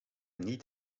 niet